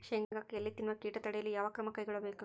ಶೇಂಗಾಕ್ಕೆ ಎಲೆ ತಿನ್ನುವ ಕೇಟ ತಡೆಯಲು ಯಾವ ಕ್ರಮ ಕೈಗೊಳ್ಳಬೇಕು?